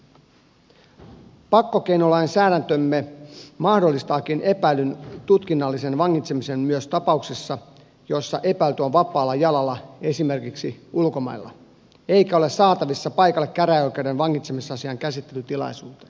pakkokeinolainsäädäntömme mahdollistaakin epäillyn tutkinnallisen vangitsemisen myös tapauksissa joissa epäilty on vapaalla jalalla esimerkiksi ulkomailla eikä ole saatavissa paikalle käräjäoikeuden vangitsemisasian käsittelytilaisuuteen